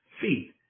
feet